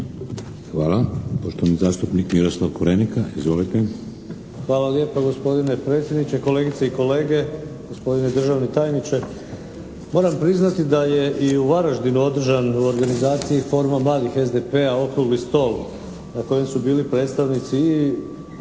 Hvala. Poštovani zastupnik Miroslav KOrenika. Izvolite. **Korenika, Miroslav (SDP)** Hvala lijepa gospodine predsjedniče, kolegice i kolege, gospodine državni tajniče. Moram priznati da je i u Varaždinu održan u organizaciji Foruma mladih SDP-a okrugli stol na kojem su bili predstavnici i